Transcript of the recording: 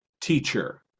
Teacher